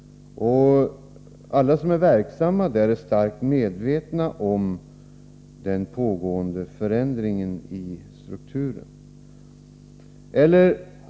Alla som är verksamma där är starkt medvetna om den pågående förändringen i strukturen.